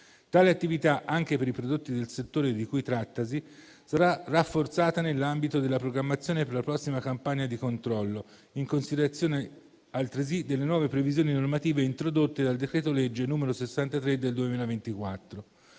Tale attività, anche per i prodotti del settore di cui trattasi, sarà rafforzata nell'ambito della programmazione per la prossima campagna di controllo, in considerazione altresì delle nuove previsioni normative introdotte dal decreto-legge n. 63 del 2024,